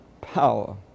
power